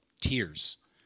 Tears